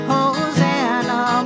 Hosanna